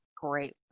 Great